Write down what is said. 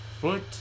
foot